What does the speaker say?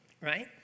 right